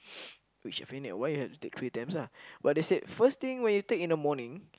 which I feeling that why you have to take three times lah but they said first thing when you take in the morning